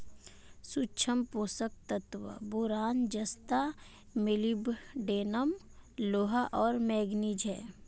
सूक्ष्म पोषक तत्व बोरान जस्ता मोलिब्डेनम लोहा और मैंगनीज हैं